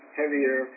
heavier